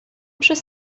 przez